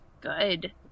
Good